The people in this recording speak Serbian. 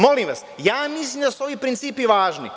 Molim vas, mislim da su ovi principi važni.